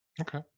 Okay